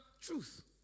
truth